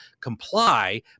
comply